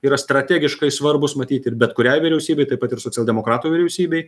yra strategiškai svarbūs matyt ir bet kuriai vyriausybei taip pat ir socialdemokratų vyriausybei